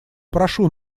прошу